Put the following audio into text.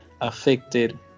affected